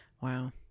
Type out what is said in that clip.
wow